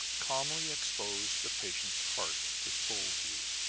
calmly exposed the patient's heart to full view.